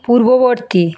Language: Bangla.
পূর্ববর্তী